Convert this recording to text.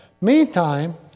Meantime